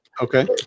okay